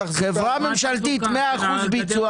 חברה ממשלתית 100% ביצוע